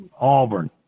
Auburn